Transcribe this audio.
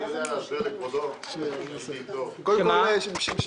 אני יודע להסביר לכבודו את כל התהליך.